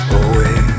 away